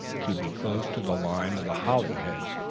keeping close to the line of the holly hedge.